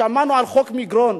שמענו על חוק מגרון.